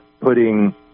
putting